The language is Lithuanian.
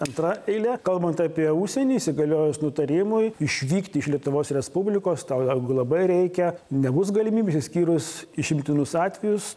antra eile kalbant apie užsienį įsigaliojus nutarimui išvykti iš lietuvos respublikos tau jeigu labai reikia nebus galimybės išskyrus išimtinus atvejus